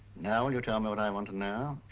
now will you tell me what i want to know?